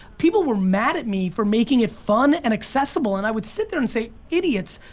people were mad at me for making it fun and accessible and i would sit there and say idiots,